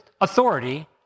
authority